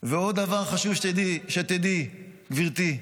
-- ועוד דבר חשוב שתדעי, גברתי,